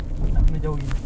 nak kena jauh gini